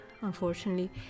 unfortunately